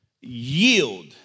yield